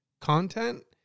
content